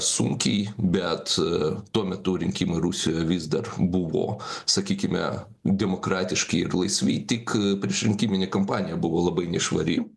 sunkiai bet tuo metu rinkimai rusijoje vis dar buvo sakykime demokratiški ir laisvi tik priešrinkiminė kampanija buvo labai nešvari